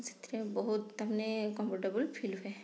ସେଥିରେ ବହୁତ ତାମାନେ କମ୍ଫଟେବୁଲ୍ ଫିଲ୍ ହୁଏ